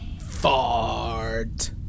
Fart